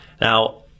Now